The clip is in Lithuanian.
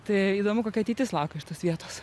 tai įdomu kokia ateitis laukia šitos vietos